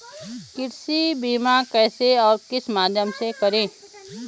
कृषि बीमा कैसे और किस माध्यम से करें?